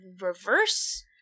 reverse